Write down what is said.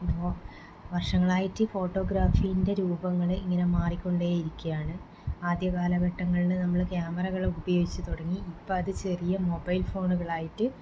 അപ്പോൾ വർഷങ്ങളായിട്ട് ഫോട്ടോഗ്രാഫിൻ്റെ രൂപങ്ങൾ ഇങ്ങനെ മാറിക്കൊണ്ടേ ഇരിക്കുകയാണ് ആദ്യ കാലഘട്ടങ്ങളിൽ നമ്മൾ ക്യാമറകൾ ഉപയോഗിച്ച് തുടങ്ങി ഇപ്പം അത് ചെറിയ മൊബൈൽ ഫോണുകളായിട്ട്